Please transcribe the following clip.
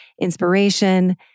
inspiration